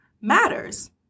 matters